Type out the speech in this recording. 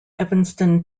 evanston